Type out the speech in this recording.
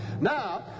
Now